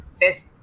test